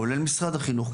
כולל משרד החינוך,